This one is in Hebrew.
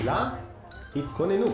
מה זה אם לא מיסיון?